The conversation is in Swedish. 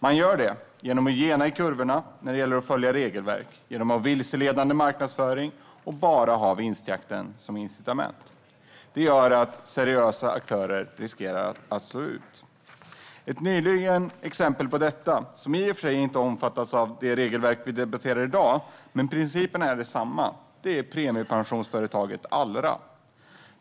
Man gör det genom att gena i kurvorna när det gäller att följa regelverk, genom att använda sig av vilseledande marknadsföring och genom att bara ha vinstjakten som incitament. Detta gör att seriösa aktörer riskerar att slås ut. Ett exempel på detta - som i och för sig inte omfattas av det regelverk vi debatterar i dag, men principen är densamma - är premiepensionsföretaget Allra.